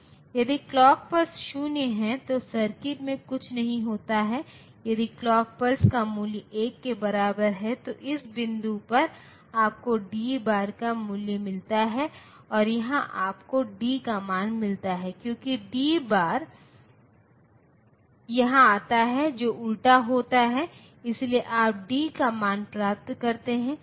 यदि clock pulse 0 है तो सर्किट से कुछ नहीं होता है यदि क्लॉक पल्स का मूल्य 1 के बराबर है तो इस बिंदु पर आपको डी बार का मूल्य मिलता है और यहां आपको डी का मान मिलता है क्योंकि डी बार यहां आता है जो उलटा होता है इसलिए आप D का मान प्राप्त करते है